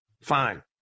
Fine